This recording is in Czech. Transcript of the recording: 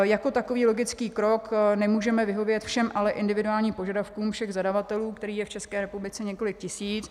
Jako takový logický krok nemůžeme vyhovět všem individuálním požadavkům všech zadavatelů, kterých je v České republice několik tisíc.